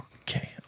Okay